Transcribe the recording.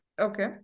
Okay